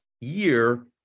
year